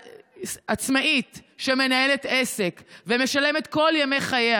עצמאית שמנהלת עסק ומשלמת כל ימי חייה